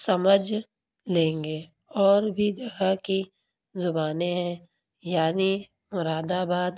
سمجھ لیں گے اور بھی جگہ کی زبانیں ہیں یعنی مراد آباد